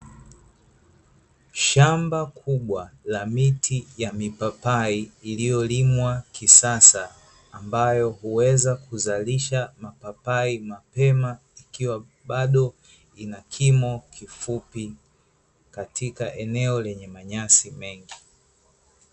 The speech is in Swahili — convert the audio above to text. Shamba kubwa la miti ya mipapai iliyolimwa kisasa, ambayo huweza kuzalisha mapapai mapema ikiwa bado ina kimo kifupi katika eneo lenye manyasi mengi.